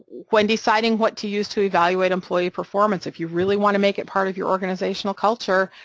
when deciding what to use to evaluate employee performance, if you really want to make it part of your organizational culture,